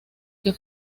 que